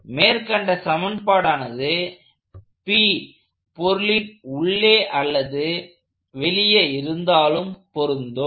மேற்கண்ட சமன்பாடானது P பொருளின் உள்ளே அல்லது வெளியே இருந்தாலும் பொருந்தும்